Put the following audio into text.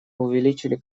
увеличили